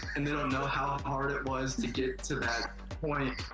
and they don't know how hard it was to get to that point.